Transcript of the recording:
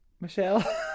Michelle